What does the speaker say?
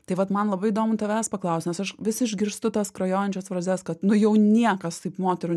tai vat man labai įdomu tavęs paklaust nes aš vis išgirstu tas skrajojančias frazes kad nu jau niekas taip moterų